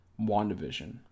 WandaVision